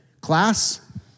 Class